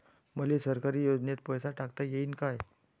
मले सरकारी योजतेन पैसा टाकता येईन काय?